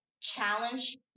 challenge